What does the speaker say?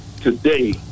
today